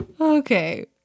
Okay